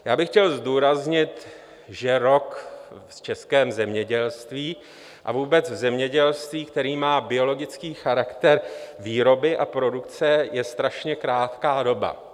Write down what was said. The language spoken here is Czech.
Já bych chtěl zdůraznit, že rok v českém zemědělství a vůbec v zemědělství, které má biologický charakter výroby a produkce, je strašně krátká doba.